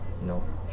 No